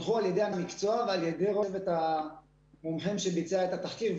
הם הונחו על ידי אנשי המקצוע והמומחים שביצעו את התחקיר.